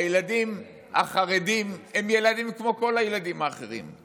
הילדים החרדים הם ילדים כמו כל הילדים האחרים.